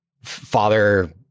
father